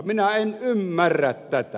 minä en ymmärrä tätä